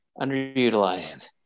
underutilized